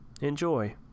Enjoy